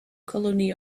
colony